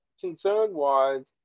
concern-wise